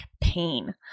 pain